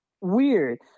weird